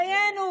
דיינו,